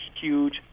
huge